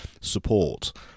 support